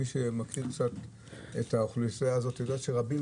מי שמכיר קצת את האוכלוסייה הזאת יודע שעבור רבים